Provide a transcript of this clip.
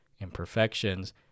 imperfections